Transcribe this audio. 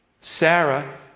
Sarah